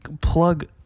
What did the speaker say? plug